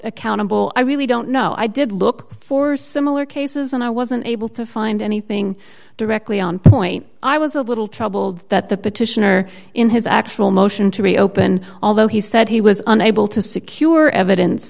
accountable i really don't know i did look for similar cases and i wasn't able to find anything directly on point i was a little troubled that the petitioner in his actual motion to reopen although he said he was unable to secure evidence